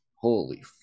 Holy